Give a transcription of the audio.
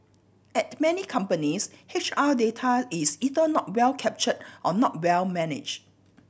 at many companies H R data is either not well captured or not well managed